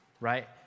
right